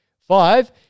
Five